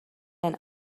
ein